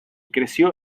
creció